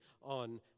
on